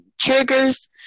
triggers